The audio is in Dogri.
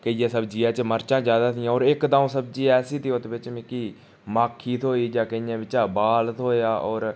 केइयें सब्ज़ियै च मरचां ज्यादा थियां होर इक दो सब्जी ऐसी थी ओह्दे बिच्चा मिगी माक्खी थ्होई केइयें बिच्चा बाल थ्होएया होर